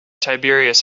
tiberius